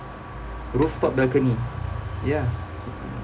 rooftop balcony ya